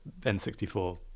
N64